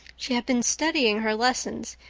she had been studying her lessons,